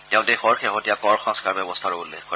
তেওঁ দেশৰ শেহতীয়া কৰ সংস্কাৰ ব্যৱস্থাৰো উল্লেখ কৰে